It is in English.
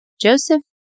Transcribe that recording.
Joseph